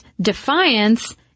defiance